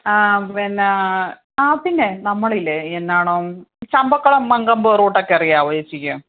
ആ പിന്നെ ആ പിന്നെ നമ്മളില്ലേ എന്നാണോ ചമ്പക്കുളം മങ്കമ്പ് റൂട്ടൊക്കെ അറിയാവോ ഏച്ചിക്ക്